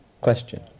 question